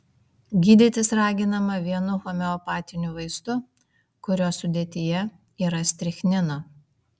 gydytis raginama vienu homeopatiniu vaistu kurio sudėtyje yra strichnino